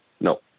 No